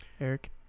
Eric